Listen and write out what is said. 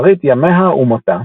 אחרית ימיה ומותה